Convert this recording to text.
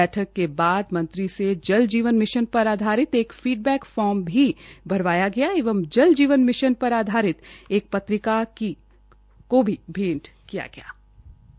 बैठक के बाद मंत्री ने जल जीवन मिशन पर आधारित एक फीडबैंग फार्म भी भरवाया गया एवं जल जीवन मिशन पर आधारित एक पत्रिका भी भैंट की गई